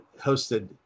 hosted